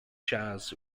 jazz